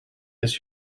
this